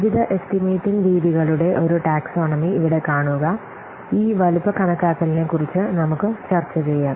വിവിധ എസ്റ്റിമേറ്റിംഗ് രീതികളുടെ ഒരു ടാക്സോണമി ഇവിടെ കാണുക ഈ വലുപ്പ കണക്കാക്കലിനെക്കുറിച്ച് നമുക്ക് ചർച്ച ചെയ്യാം